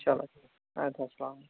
چَلو اَدٕ حظ سَلام